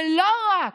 ולא רק,